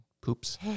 poops